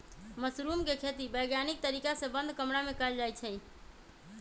mushroom के खेती वैज्ञानिक तरीका से बंद कमरा में कएल जाई छई